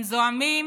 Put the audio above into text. הם זועמים